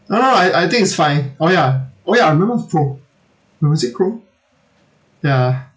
no no I I think it's fine oh ya oh ya I remember fro or was it crow ya